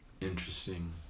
Interesting